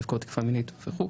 נפגעות תקיפה מינית וכו',